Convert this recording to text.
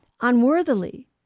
unworthily